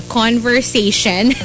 conversation